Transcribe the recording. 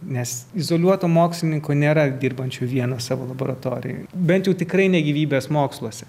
nes izoliuoto mokslininko nėra dirbančių vieną savo laboratorijoj bet jau tikrai ne gyvybės moksluose